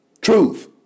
truth